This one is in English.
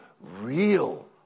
real